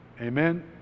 Amen